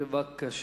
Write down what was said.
בבקשה.